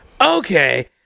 okay